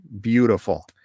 beautiful